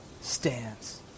stands